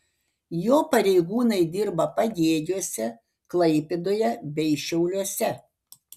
jo pareigūnai dirba pagėgiuose klaipėdoje bei šiauliuose